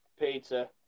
Pizza